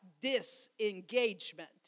disengagement